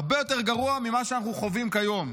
הרבה יותר גרוע ממה שאנחנו חווים כיום.